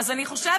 אז אני חושבת,